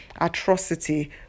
atrocity